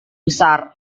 besar